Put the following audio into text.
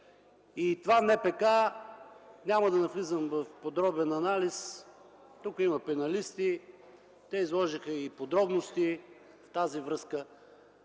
Това НПК – няма да навлизам в подробен анализ, тук има пеналисти, те изложиха и подробности, в тази връзка